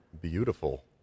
beautiful